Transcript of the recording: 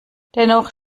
dennoch